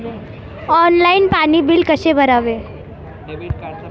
Online पाणी bill कसे भरावे?